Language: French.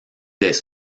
des